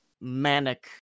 manic